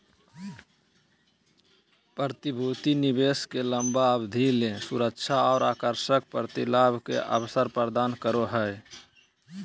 प्रतिभूति निवेश के लंबा अवधि ले सुरक्षा और आकर्षक प्रतिलाभ के अवसर प्रदान करो हइ